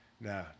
No